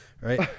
right